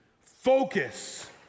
Focus